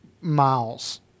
Miles